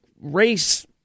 race